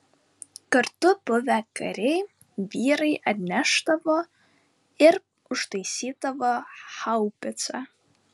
kartu buvę kariai vyrai atnešdavo ir užtaisydavo haubicą